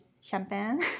champagne